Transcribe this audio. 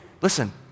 listen